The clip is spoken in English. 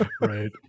Right